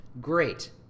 Great